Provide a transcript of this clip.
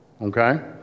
okay